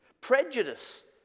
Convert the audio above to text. prejudice